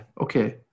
Okay